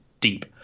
deep